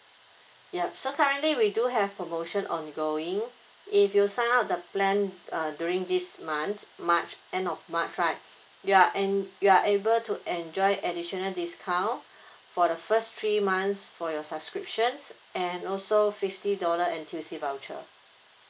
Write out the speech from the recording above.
ya so currently we do have promotion ongoing if you sign up the plan uh during this month march end of march right you're en~ you are able to enjoy additional discount for the first three months for your subscriptions and also fifty dollar N_T_U_C voucher